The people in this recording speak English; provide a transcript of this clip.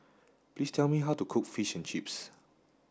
please tell me how to cook fish and chips